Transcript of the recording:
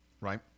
Right